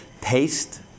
Taste